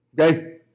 okay